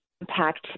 impact